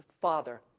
Father